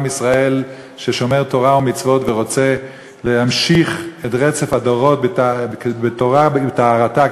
ישראל ששומר תורה ומצוות ורוצה להמשיך את רצף הדורות בתורה בטהרתה,